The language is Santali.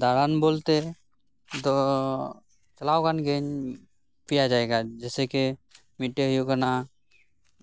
ᱫᱟᱬᱟᱱ ᱵᱚᱞᱛᱮ ᱫᱚ ᱪᱟᱞᱟᱣ ᱟᱠᱟᱱ ᱜᱤᱭᱟᱹᱧ ᱯᱮᱭᱟ ᱡᱟᱭᱜᱟ ᱡᱮᱭᱥᱮ ᱠᱮ ᱢᱤᱫᱴᱮᱱ ᱦᱩᱭᱩᱜ ᱠᱟᱱᱟ